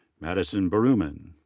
madison berumen.